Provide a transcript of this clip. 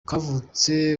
kavutse